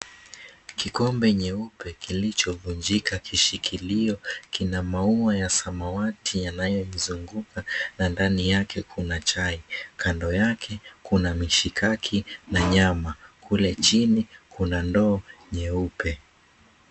Kikombe nyeupe kilichovunjika kishikilio kina maua ya samawati yanayoizunguka na ndani yake kuna chai. Kando yake, kuna mishikaki na nyama. Kule chini, kuna ndoo nyeupe.